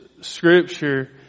scripture